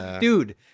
Dude